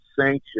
sanctions